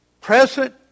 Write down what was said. Present